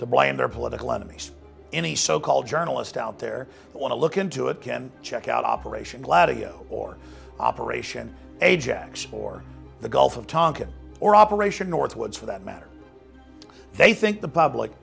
to blame their political enemies any so called journalist out there who want to look into it can check out operation gladio or operation ajax or the gulf of tonkin or operation northwoods for that matter they think the public